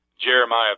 Jeremiah